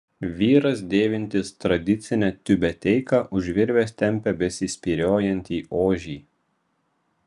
vyras dėvintis tradicinę tiubeteiką už virvės tempia besispyriojantį ožį